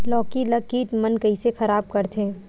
लौकी ला कीट मन कइसे खराब करथे?